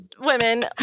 women